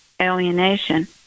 alienation